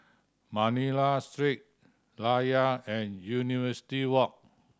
Manila Street Layar and University Walk